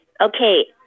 Okay